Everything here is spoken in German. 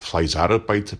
fleißarbeit